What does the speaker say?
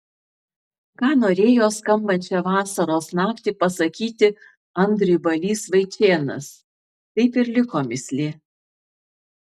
ką norėjo skambančią vasaros naktį pasakyti andriui balys vaičėnas taip ir liko mįslė